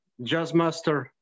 Jazzmaster